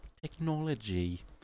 technology